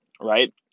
right